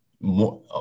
more